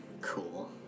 Cool